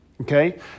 okay